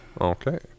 okay